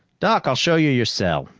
doc, i'll show you your cell.